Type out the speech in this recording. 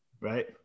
Right